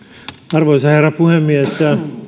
arvoisa herra puhemies